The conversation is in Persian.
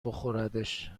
بخوردش